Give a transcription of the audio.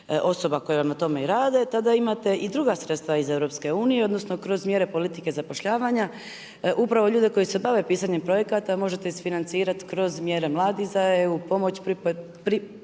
osoba koje vam na tome i rade tada imate i druga sredstva iz EU, odnosno kroz mjere politike zapošljavanja upravo ljude koji se bave pisanjem projekata možete isfinanicirati kroz mjere mladi za EU, pomoć pri